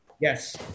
Yes